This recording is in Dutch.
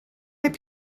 heb